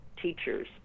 teachers